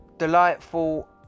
Delightful